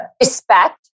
Respect